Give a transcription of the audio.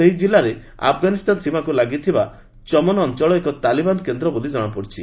ସେହି ଜିଲ୍ଲାରେ ଆଫଗାନିସ୍ଥାନ ସୀମାକୁ ଲାଗି ଥିବା ଚମନ ଅଞ୍ଚଳ ଏକ ତାଲିବାନ କେନ୍ଦ୍ର ବୋଲି ଜଣାପଡିଛି